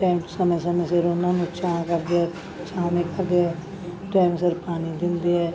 time ਸਮੇਂ ਸਮੇਂ ਸਿਰ ਉਹਨਾਂ ਨੂੰ ਛਾਂ ਕਰਦੇ ਹੈ ਛਾਵੇਂ ਕਰਦੇ ਹੈ ਟੈਮ ਸਿਰ ਪਾਣੀ ਦਿੰਦੇ ਹੈ